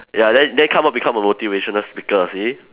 ya then then come out become a motivational speaker you see